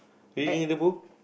reading a book